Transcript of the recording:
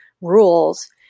rules